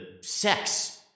sex